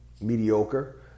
mediocre